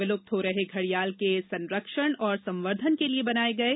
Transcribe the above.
विलुप्त हो रहे घडियाल के संरक्षण व संवर्धन हेतु बनाये गये